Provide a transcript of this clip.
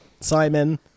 Simon